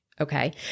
Okay